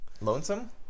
lonesome